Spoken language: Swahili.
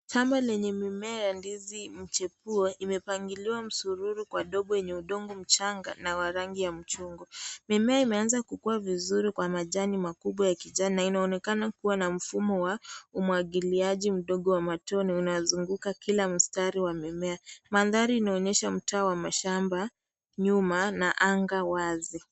Shamba lenye mimea ya ndizi mchipue, imepangiliwa msururu kwa dogo lenye udongo mchanga na wa rangi ya machungwa, mimea imeanza kukua vizuri kwa majani makubwa ya kijani, na inaonekana kuwa na mfumo wa, umwagiliaji mdogo wa matone unazunguka kila mustari wa mimea, manthari inaonyesha mtaa wa mimea, nyuma, na anga wazi.